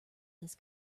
this